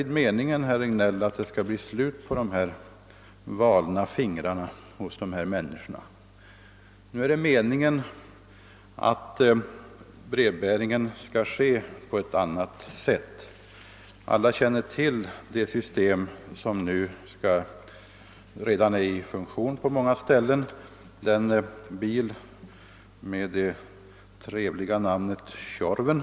Det är nu meningen att brevbäringen skall ske på annat sätt. Alla känner till systemet — som redan är i funktion på många ställen — med den bil vars trevliga namn är Tjorven.